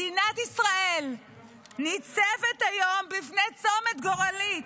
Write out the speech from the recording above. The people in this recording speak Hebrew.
מדינת ישראל ניצבת היום בפני צומת גורלי,